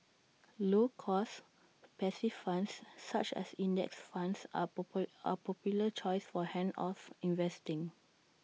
low cost passive funds such as index funds are popular are popular choice for hands off investing